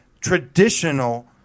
traditional